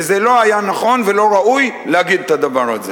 זה לא היה נכון ולא ראוי להגיד את הדבר הזה.